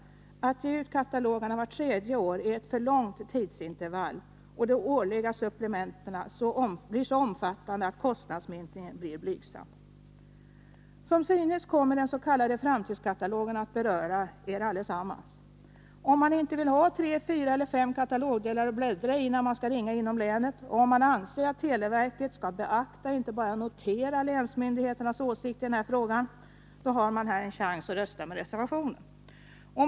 Att ge ut katalogerna vart tredje år medför ett för långt tidsintervall, och de årliga supplementen skulle bli så omfattande att kostnadsminskningen blir blygsam. Som synes kommer den s.k. framtidskatalogen att beröra er allesammans. Om man inte vill ha tre, fyra eller fem katalogdelar att bläddra i när man skall ringa inom länet och om man anser att televerket skall beakta och inte bara notera länsmyndigheternas åsikter i den här frågan, så har man här en chans att rösta med reservationen.